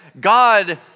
God